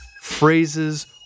phrases